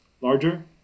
larger